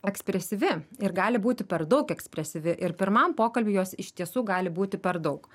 ekspresyvi ir gali būti per daug ekspresyvi ir pirmam pokalbiui jos iš tiesų gali būti per daug